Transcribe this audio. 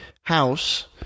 house